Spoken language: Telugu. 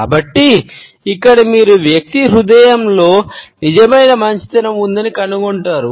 కాబట్టి ఇక్కడ మీరు వ్యక్తి హృదయంలో నిజమైన మంచితనం ఉందని కనుగొంటారు